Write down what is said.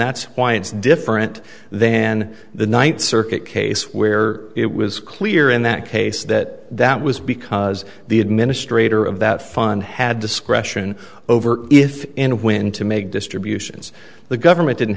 that's why it's different then the ninth circuit case where it was clear in that case that that was because the administrator of that fun had discretion over if and when to make distributions the government didn't